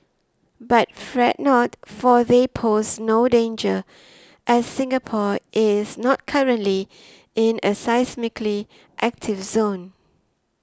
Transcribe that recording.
but fret not for they pose no danger as Singapore is not currently in a seismically active zone